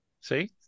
See